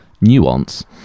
nuance